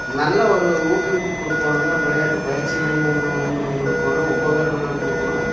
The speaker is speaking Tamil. நல்ல ஒரு ஊக்குவிப்புக் குடுக்கணுங்க விளையாட்டு பயிற்சி மையம் ஒன்று உண்டு பண்ணிக் குடுக்கணும் உபகரணங்கள் குடுக்கணும்